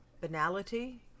banality